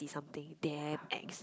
something damn ex